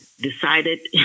decided